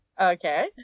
Okay